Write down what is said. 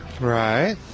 Right